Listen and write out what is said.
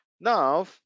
now